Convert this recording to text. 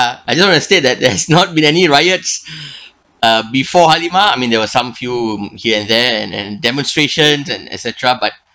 uh I didn't really state that there's not been any riots uh before halimah I mean there was some few he has there and and demonstrations and et cetera but